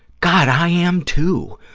god, i am, too,